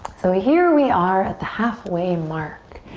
so here we are at the halfway mark,